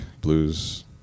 blues